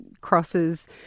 crosses